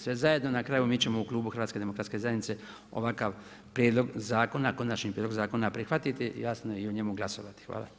Sve zajedno na kraju mi ćemo u Klubu HDZ-a ovakav prijedlog zakona, konačni prijedlog zakona prihvatiti, jasno i o njemu glasovati.